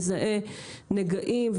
מזהה נגעים,